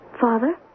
Father